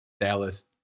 Dallas